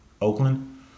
oakland